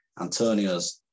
Antonio's